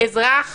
אזרח